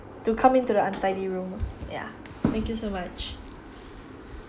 to come into the untidy room ya thank you so much